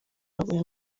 uyu